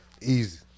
Easy